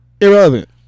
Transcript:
Irrelevant